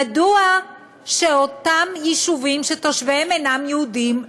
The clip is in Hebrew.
מדוע אותם יישובים שתושביהם אינם יהודים,